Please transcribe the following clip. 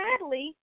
sadly